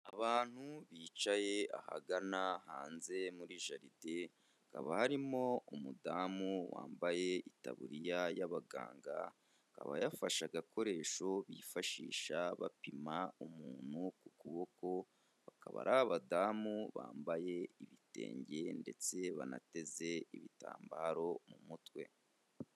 Abantu bicaye ahagana hanze muri jaride, hakaba harimo umudamu wambaye itaburiya y'abagangaba, akaba yafashe agakoresho bifashisha bapima umuntu ku kubokoba, bakaba ari abadamu bambaye ibitenge ndetse banateze ibitambaro mu mutwe.